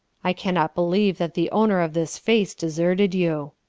i cannot believe that the owner of this face deserted you.